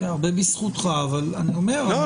הרבה בזכותך --- לא,